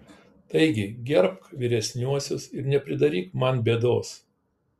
taigi gerbk vyresniuosius ir nepridaryk man bėdos